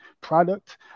product